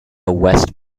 west